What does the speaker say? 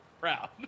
Proud